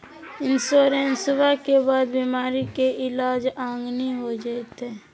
इंसोरेंसबा के बाद बीमारी के ईलाज मांगनी हो जयते?